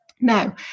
Now